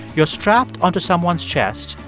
you're strapped onto someone's chest,